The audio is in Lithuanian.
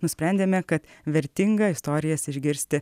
nusprendėme kad vertinga istorijas išgirsti